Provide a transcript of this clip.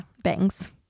bangs